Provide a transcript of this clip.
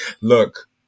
Look